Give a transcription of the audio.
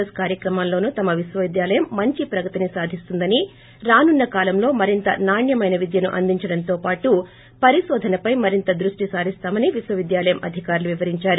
yes కార్సక్రమాలోనూ తమ విశ్వవిద్యాలయం మంచి ప్రగతిని సాధిస్తుందని రానున్న కాలంలో మరింత నాణ్యమైన విద్యను అందించడంతో పాటు పరిశోధనపై మరింత దృష్షి సారిస్తామని విశ్వవిద్యాలయం అధికారులు ేవివరించారు